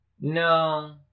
No